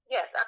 Yes